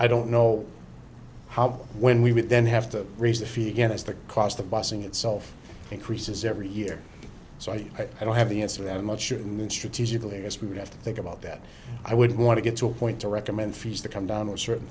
i don't know how when we would then have to raise the feet again as the cost of bussing itself increases every year so i don't have the answer that much and strategically as we would have to think about that i would want to get to a point to recommend fees to come down to a certain